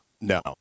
No